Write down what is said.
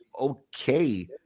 okay